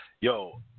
Yo